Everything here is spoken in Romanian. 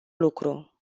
lucru